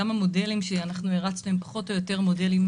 גם המודלים שאנחנו הרצנו הם פחות או יותר מודלים דומים.